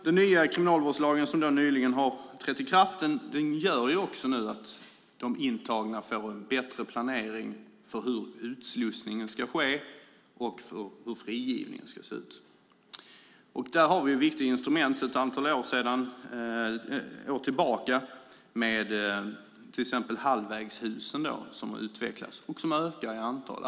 Den nya kriminalvårdslagen gör också att de intagna får en bättre planering för hur utslussningen ska ske och hur frigivningen ska se ut. Där har vi viktiga instrument sedan ett antal år tillbaka, till exempel halvvägshusen, som ökar i antal.